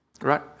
Right